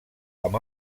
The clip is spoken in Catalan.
amb